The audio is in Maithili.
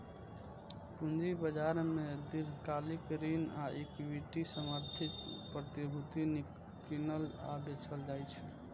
पूंजी बाजार मे दीर्घकालिक ऋण आ इक्विटी समर्थित प्रतिभूति कीनल आ बेचल जाइ छै